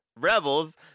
rebels